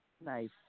Nice